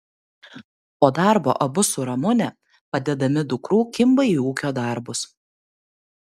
po darbo abu su ramune padedami dukrų kimba į ūkio darbus